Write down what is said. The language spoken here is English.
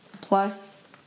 plus